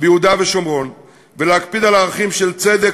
ביהודה ושומרון ולהקפיד על ערכים של צדק,